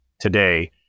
today